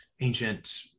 ancient